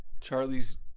Charlie's